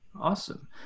awesome